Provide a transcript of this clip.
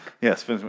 Yes